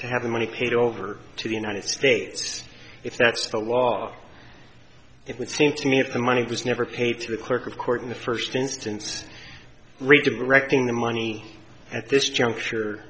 to have the money paid over to the united states if that's the law it would seem to me if the money was never paid to the clerk of court in the first instance redirecting the money at this juncture